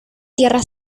tierra